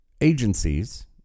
agencies